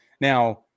now